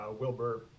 Wilbur